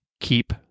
keep